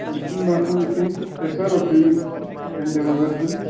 مےٚ چھُنہٕ باسان یِتھ کنۍ تۄہہِ کر اوسو یُن سَنڈے وَغٲر دۄہ